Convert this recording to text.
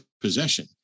possession